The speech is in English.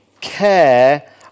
care